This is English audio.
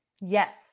yes